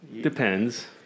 depends